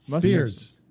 Beards